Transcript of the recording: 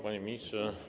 Panie Ministrze!